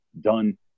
done